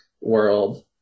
world